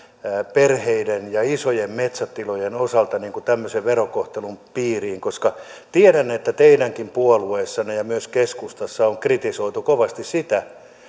perheiden ja isojen metsätilojen osalta tämmöisen verokohtelun piiriin koska tiedän että teidänkin puolueessanne ja myös keskustassa on kritisoitu kovasti sitä